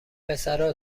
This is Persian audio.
پسرا